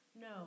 No